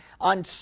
on